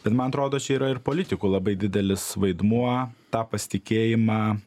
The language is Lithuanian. bet man atrodo čia yra ir politikų labai didelis vaidmuo tą pasitikėjimą